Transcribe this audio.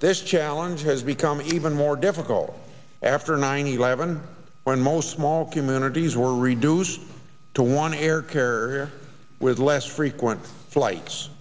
this challenge has become even more difficult after nine eleven when most small communities were reduced to one air carrier with less frequent flights